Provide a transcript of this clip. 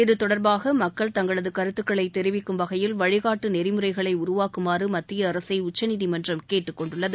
இதுதொடர்பாக மக்கள் தங்களது கருத்துக்களை தெரிவிக்கும் வகையில் வழிகாட்டு நெறிமுறைகளை உருவாக்குமாறு மத்திய அரசை உச்சநீதிமன்றம் கேட்டுக் கொண்டுள்ளது